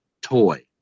toy